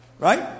Right